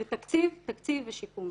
זה תקציב, תקציב ושיקום.